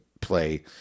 play